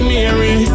Mary